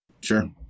sure